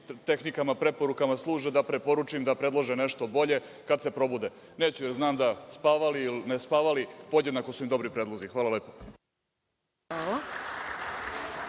tehnikama i preporukama služe da preporučim da predlože nešto bolje kad se probude. Neću, jer znam – spavali, ne spavali, podjednako su im dobri predlozi. Hvala lepo. **Maja